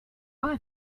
why